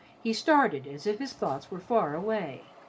he started as if his thoughts were far away.